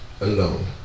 alone